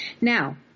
Now